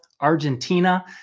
argentina